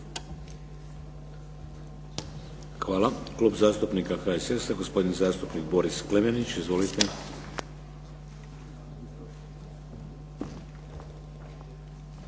Hvala. Klub zastupnika HSS-a, gospodin zastupnik Boris Klemenić. Izvolite.